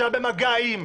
שהיה במגע עם,